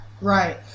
Right